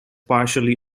partially